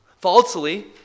Falsely